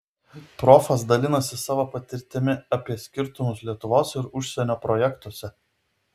profas dalinasi savo patirtimi apie skirtumus lietuvos ir užsienio projektuose